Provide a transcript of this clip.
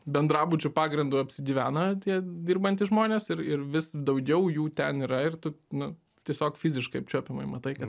bendrabučių pagrindu apsigyvena tie dirbantys žmonės ir ir vis daugiau jų ten yra ir tu nu tiesiog fiziškai apčiuopiamai matai kad